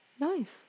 Nice